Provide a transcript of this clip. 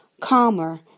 calmer